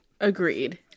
Agreed